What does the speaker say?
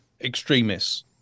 extremists